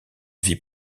vie